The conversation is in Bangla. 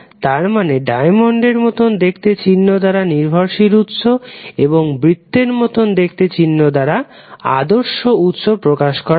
তারমানে ডায়মন্ড এর মতো দেখতে চিহ্ন দ্বারা নির্ভরশীল উৎস এবং বৃত্তের মতো দেখতে চিহ্ন দ্বারা আদর্শ উৎস প্রকাশ করা হয়